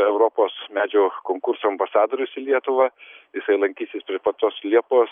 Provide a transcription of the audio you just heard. europos medžio konkurso ambasadorius į lietuvą jisai lankysis prie pat tos liepos